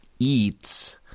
eats